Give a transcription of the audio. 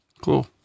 Cool